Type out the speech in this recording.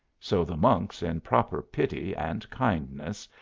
so the monks in proper pity and kindness,